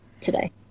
today